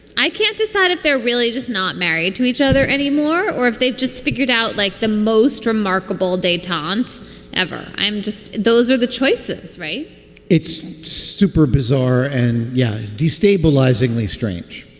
i can't decide if they're really just not married to each other anymore or if they've just figured out like the most remarkable detente ever. i'm just. those are the choices. right it's super bizarre. and. yeah. de-stabilizing lee strange